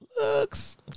Looks